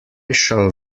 shall